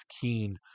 keen